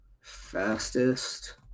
Fastest